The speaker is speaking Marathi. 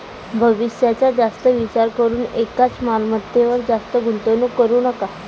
भविष्याचा जास्त विचार करून एकाच मालमत्तेवर जास्त गुंतवणूक करू नका